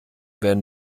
werden